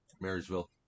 Marysville